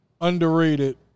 underrated